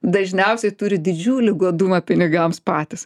dažniausiai turi didžiulį godumą pinigams patys